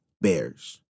Bears